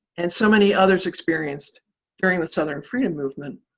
and so many others experienced during the southern freedom movement,